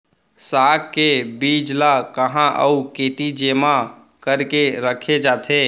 साग के बीज ला कहाँ अऊ केती जेमा करके रखे जाथे?